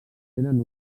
tenen